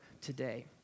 today